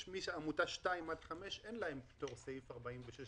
מעמותה 2 ועד עמותה 5 אין להם פטור לעניין סעיף 46,